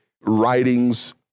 writings